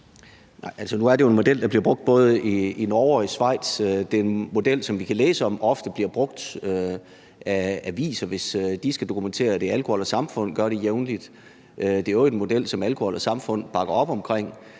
nu er det jo en model, der bliver brugt både i Norge og i Schweiz, og det er en model, som vi kan læse om ofte bliver brugt af aviser, hvis de skal dokumentere det. Alkohol & Samfund gør det jævnligt, og det er i øvrigt en model, som Alkohol & Samfund bakker op om.